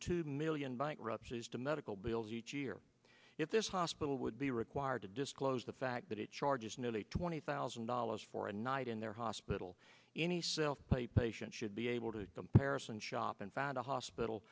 two million bankruptcies to medical bills each year if this hospital would be required to disclose the fact that it charges nearly twenty thousand dollars for a night in their hospital any self pay patient should be able to comparison shop and found a hospital